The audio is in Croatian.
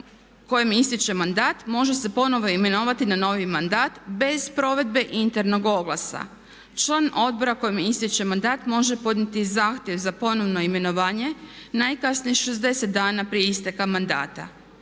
kojemu istječe mandat može se ponovo imenovati na novi mandat bez provedbe internog oglasa. Član odbora kojemu istječe mandat može podnijeti zahtjev za ponovno imenovanje najkasnije 60 dana prije isteka mandata.